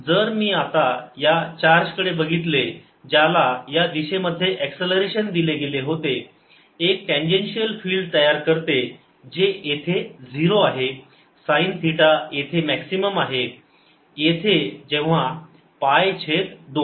जर मी आता या चार्ज कडे बघितले ज्याला या दिशेमध्ये एक्सलरेशन दिले गेले होते एक टँजेन्शिअल फील्ड तयार करते जे येथे 0 आहे साईन थिटा येथे मॅक्सिमम आहे येथे जेव्हा पाय छेद 2